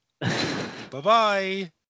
Bye-bye